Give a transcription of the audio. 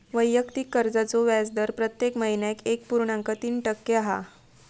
वैयक्तिक कर्जाचो व्याजदर प्रत्येक महिन्याक एक पुर्णांक तीन टक्के हा